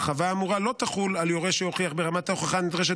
ההרחבה האמורה לא תחול על יורש שיוכיח ברמת ההוכחה הנדרשת